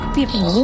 People